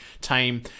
time